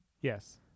Yes